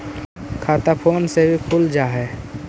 खाता फोन से भी खुल जाहै?